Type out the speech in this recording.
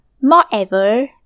Moreover